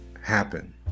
happen